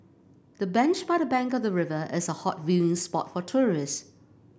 the bench by the bank of the river is a hot viewing spot for tourist